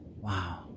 Wow